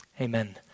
amen